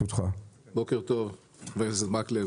בוקר טוב חבר הכנסת מקלב.